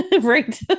Right